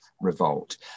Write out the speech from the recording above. revolt